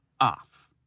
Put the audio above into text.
off